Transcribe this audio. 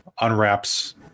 unwraps